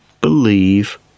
believe